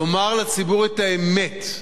לומר לציבור את האמת.